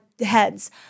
heads